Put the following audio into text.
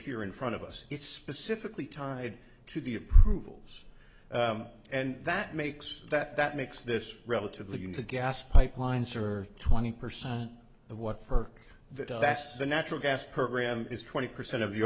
r in front of us it's specifically tied to the approvals and that makes that that makes this relatively the gas pipelines are twenty percent of what for the best the natural gas program is twenty percent of